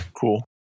Cool